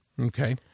Okay